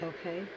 Okay